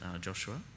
Joshua